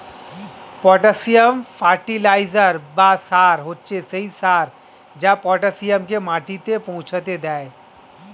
potassium fertiliser বা সার হচ্ছে সেই সার যা পটাসিয়ামকে মাটিতে পৌঁছাতে দেয়